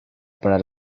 para